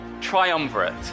triumvirate